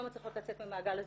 לא מצליחות לצאת ממעגל הזנות.